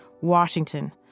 Washington